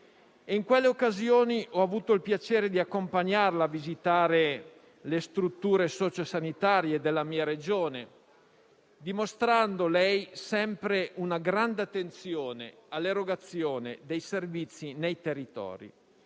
in quelle occasioni ho avuto il piacere di accompagnarla a visitare le strutture socio-sanitarie della mia Regione, dimostrando lei sempre una grande attenzione all'erogazione dei servizi nei territori,